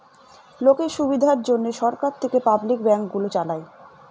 লোকের সুবিধার জন্যে সরকার থেকে পাবলিক ব্যাঙ্ক গুলো চালায়